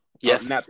Yes